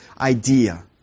idea